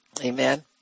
Amen